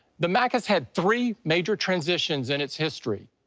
the mac has had three major transitions in its history.